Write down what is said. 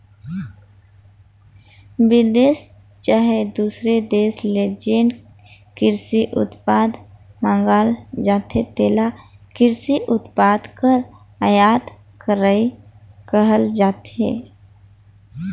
बिदेस चहे दूसर देस ले जेन किरसी उत्पाद मंगाल जाथे तेला किरसी उत्पाद कर आयात करई कहल जाथे